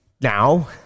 Now